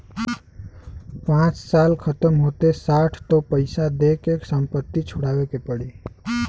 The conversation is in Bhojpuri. पाँच साल खतम होते साठ तो पइसा दे के संपत्ति छुड़ावे के पड़ी